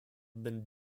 been